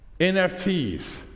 NFTs